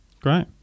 Great